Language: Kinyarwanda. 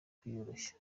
kwiyoroshya